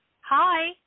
Hi